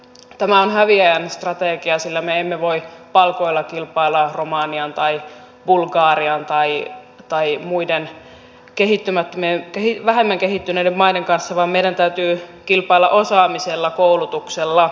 tämä on häviäjän strategia sillä me emme voi palkoilla kilpailla romanian tai bulgarian tai muiden vähemmän kehittyneiden maiden kanssa vaan meidän täytyy kilpailla osaamisella koulutuksella